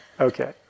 Okay